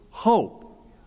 Hope